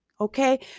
Okay